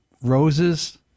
roses